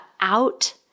out